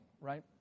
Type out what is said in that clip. right